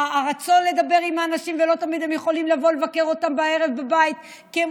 הרצון לדבר עם אנשים שלא תמיד הם יכולים לבוא לבקר אותם בבית כי הם